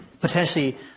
potentially